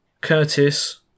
Curtis